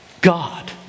God